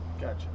Gotcha